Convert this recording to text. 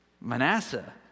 Manasseh